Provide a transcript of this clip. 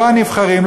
לא הנבחרים,